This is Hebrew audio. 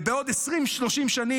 ובעוד 20 30 שנים,